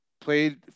played